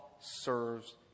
serves